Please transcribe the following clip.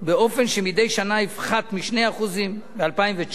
באופן שמדי שנה יפחת מ-2%, ב-2019,